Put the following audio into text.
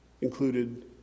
included